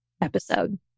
episode